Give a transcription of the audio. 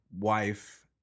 wife